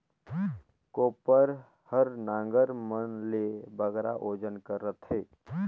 कोपर हर नांगर मन ले बगरा ओजन कर रहथे